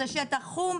זה שטח חום,